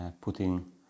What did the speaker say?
putting